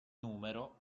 numero